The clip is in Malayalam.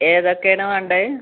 ഏതൊക്കെയാണ് വേണ്ടത്